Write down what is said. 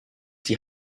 die